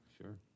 sure